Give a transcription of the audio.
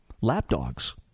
lapdogs